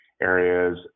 areas